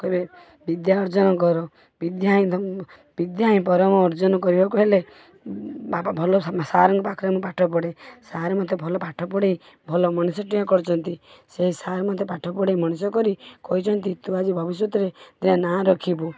କହିବେ ବିଦ୍ୟା ଅର୍ଜନ କର ବିଦ୍ୟା ହିଁ ତମ ବିଦ୍ୟା ହିଁ ପରମ ଅର୍ଜନ କରିବାକୁ ହେଲେ ବାପା ଭଲ ସାରଙ୍କ ପାଖରେ ମୁଁ ପାଠ ପଢ଼େ ସାରେ ମତେ ଭଲ ପାଠ ପଢ଼ାଇ ଭଲ ମଣିଷଟିଏ କରିଛନ୍ତି ସେଇ ସାର ମତେ ପାଠ ପଢ଼ାଇ ମଣିଷ କରି କହିଛନ୍ତି ତୁ ଆଜି ଭବିଷ୍ୟତରେ ଦିନେ ନାଁ ରଖିବୁ